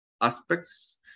aspects